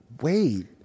wait